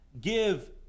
give